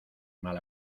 mal